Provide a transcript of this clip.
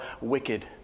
wicked